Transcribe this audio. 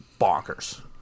bonkers